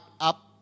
up